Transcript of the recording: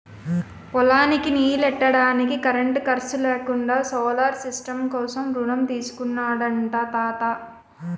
పొలానికి నీల్లెట్టడానికి కరెంటు ఖర్సు లేకుండా సోలార్ సిస్టం కోసం రుణం తీసుకున్నాడట తాత